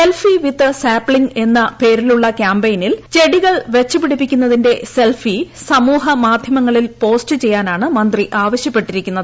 selfie with sapling എന്ന് പേരിലുള്ള ക്യാമ്പയിനിൽ ചെടികൾ വച്ച് പിടിപ്പിക്കുന്നതിന്റെ സെൽഫി സമൂഹ മാധ്യമങ്ങളിൽ പോസ്റ്റ് ചെയ്യാനാണ് മന്ത്രി ആവശ്യപ്പെട്ടിരിക്കുന്നത്